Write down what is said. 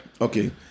Okay